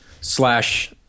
slash